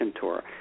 tour